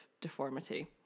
deformity